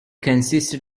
consisted